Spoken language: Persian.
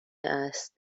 است